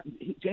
James